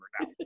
now